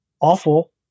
awful